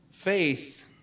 Faith